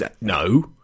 No